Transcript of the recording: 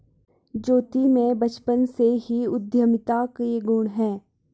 ज्योति में बचपन से ही उद्यमिता के गुण है